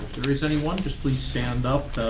there is anyone, just please stand up.